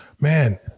man